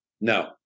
No